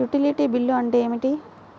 Utility bill అంటే ఏమిటి?